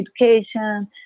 education